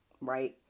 right